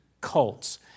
cults